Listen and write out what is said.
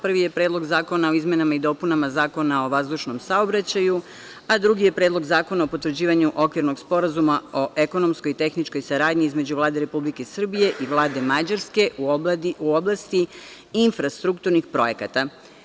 Prvi je Predlog zakona o izmenama i dopunama Zakona o vazdušnom saobraćaju, a drugi je Predlog zakona o potvrđivanju Okvirnog sporazuma o ekonomskoj i tehničkoj saradnji između Vlade Republike Srbije i Vlade Mađarske, u oblasti infrastrukturnih projekata.